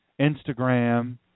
Instagram